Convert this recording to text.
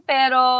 Pero